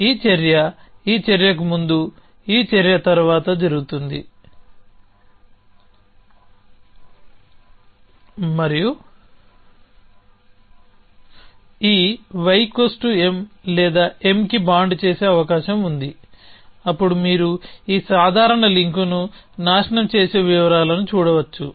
ఈ చర్య ఈ చర్యకు ముందు ఈ చర్య తర్వాత జరుగుతుంది మరియు ఈ yM లేదా M కి బాండ్ చేసే అవకాశం ఉంది అప్పుడు మీరు ఈ సాధారణ లింక్ను నాశనం చేసే వివరాలను చూడవచ్చు